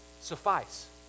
suffice